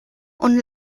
und